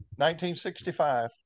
1965